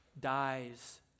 dies